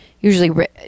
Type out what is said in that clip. usually